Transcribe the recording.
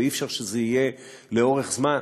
ואי-אפשר שזה יהיה לאורך זמן.